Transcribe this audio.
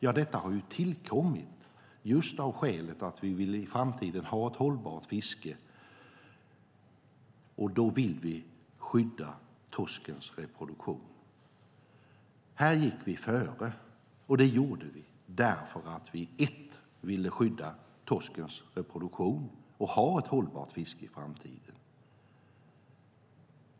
Ja, detta har tillkommit just av skälet att vi vill ha ett hållbart fiske i framtiden, och då vill vi skydda torskens reproduktion. Här gick vi före, och det gjorde vi därför att vi ville skydda torskens reproduktion och ha ett hållbart fiske i framtiden.